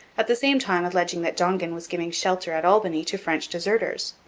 at the same time alleging that dongan was giving shelter at albany to french deserters.